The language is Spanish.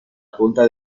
junta